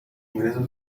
ingresos